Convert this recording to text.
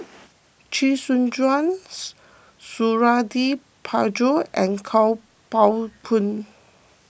Chee Soon Juan Suradi Parjo and Kuo Pao Kun